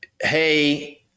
hey –